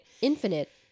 infinite